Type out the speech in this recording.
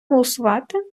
голосувати